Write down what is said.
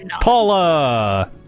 Paula